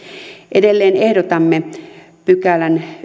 edelleen ehdotamme yhdeksännenkymmenennenkahdeksannen a pykälän